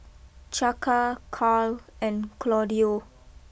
Chaka Karl and Claudio